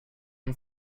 and